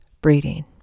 breeding